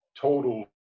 total